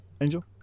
Angel